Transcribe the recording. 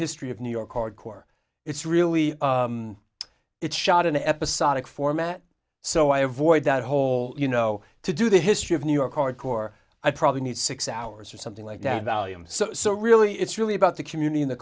history of new york hardcore it's really it's shot in episodic format so i avoid that whole you know to do the history of new york hardcore i probably need six hours or something like that volume so really it's really about the community in the